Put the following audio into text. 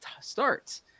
starts